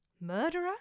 Murderer